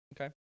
Okay